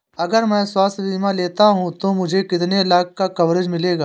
अगर मैं स्वास्थ्य बीमा लेता हूं तो मुझे कितने लाख का कवरेज मिलेगा?